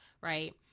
right